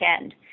end